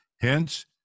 hence